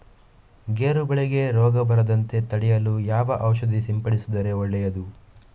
ಗೇರು ಬೆಳೆಗೆ ರೋಗ ಬರದಂತೆ ತಡೆಯಲು ಯಾವ ಔಷಧಿ ಸಿಂಪಡಿಸಿದರೆ ಒಳ್ಳೆಯದು?